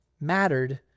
mattered